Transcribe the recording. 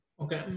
Okay